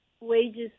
wages